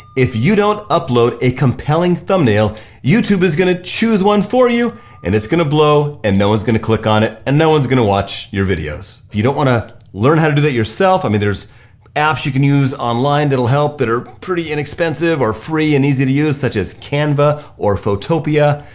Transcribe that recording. if you don't upload a compelling thumbnail, youtube is gonna choose one for you and it's gonna blow and no one's gonna click on it and no one's gonna watch your videos. if you don't want to learn how to do that yourself, i mean, there's apps you can use online that'll help that are pretty inexpensive or free and easy to use, such as, canva or photopea.